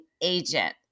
agent